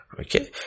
Okay